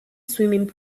swimming